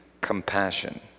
compassion